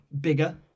bigger